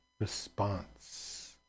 response